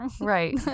Right